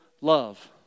love